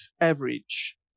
average